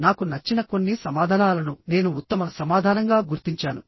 నాకు నచ్చిన కొన్ని సమాధానాలను నేను ఉత్తమ సమాధానంగా గుర్తించాను